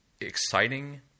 exciting